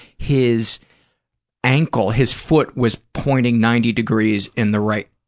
his ankle, his foot was pointing ninety degrees in the right,